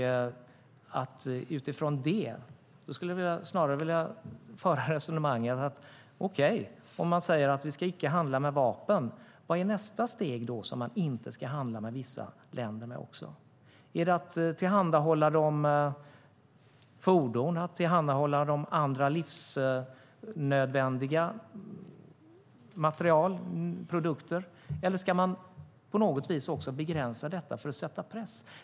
Då skulle jag snarare vilja föra resonemanget att okej, vi ska icke handla med vapen, men vad är då nästa steg? Ska vi tillhandahålla fordon och andra livsnödvändiga material och produkter, eller ska man på något vis också begränsa detta för att sätta press?